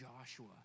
Joshua